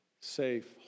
Safe